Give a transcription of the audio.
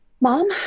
mom